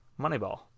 Moneyball